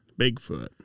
Bigfoot